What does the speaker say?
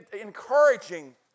encouraging